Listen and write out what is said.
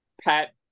Pat